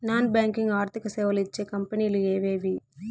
Non banking ఆర్థిక సేవలు ఇచ్చే కంపెని లు ఎవేవి?